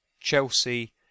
Chelsea